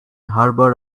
harbour